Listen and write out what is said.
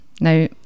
Now